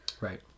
Right